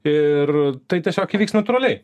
ir tai tiesiog įvyks natūraliai